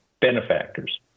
benefactors